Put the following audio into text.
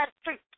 Street